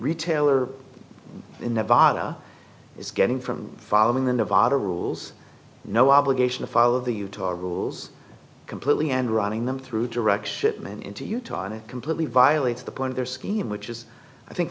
retailer in nevada is getting from following the nevada rules no obligation to follow the utah rules completely and running them through direct shipment into utah and it completely violates the point of their scheme which is i think